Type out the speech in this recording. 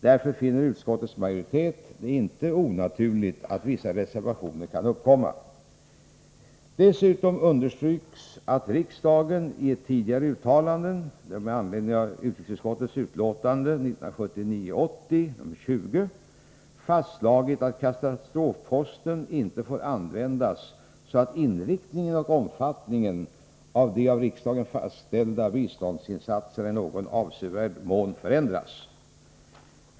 Därför finner utskottets majoritet det inte onaturligt att vissa reservationer kan uppkomma. Dessutom understryks att riksdagen i ett tidigare uttalande fastslagit att katastrofposten inte får användas så att inriktningen och omfattningen av de av riksdagen fastställda biståndsinsatserna i någon avsevärd mån förändras.